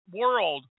world